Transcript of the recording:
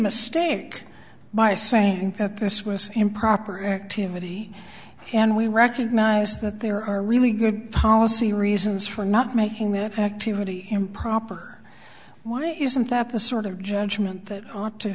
mistake by saying that this was improper activity and we recognize that there are really good policy reasons for not making that activity improper why isn't that the sort of judgment that ought to